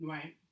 Right